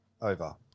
Over